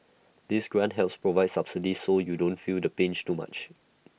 this grant helps provide subsidies so you don't feel the pinch too much